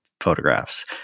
photographs